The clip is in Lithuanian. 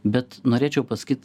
bet norėčiau pasakyt